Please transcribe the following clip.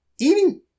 eating